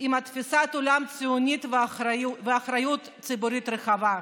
עם תפיסת עולם ציונית ואחריות ציבורית רחבה,